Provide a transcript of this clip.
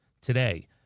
today